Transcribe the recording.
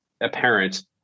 apparent